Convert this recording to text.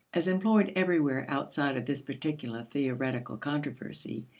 as employed everywhere outside of this particular theoretical controversy,